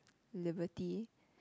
liberty